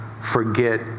forget